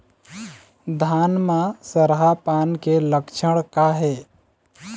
धान म सरहा पान के लक्षण का हे?